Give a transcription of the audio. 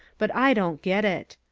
but i don't get it.